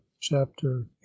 chapter